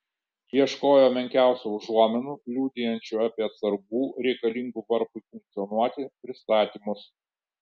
ieškojo menkiausių užuominų liudijančių apie atsargų reikalingų varpui funkcionuoti pristatymus